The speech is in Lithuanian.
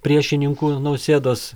priešininkų nausėdos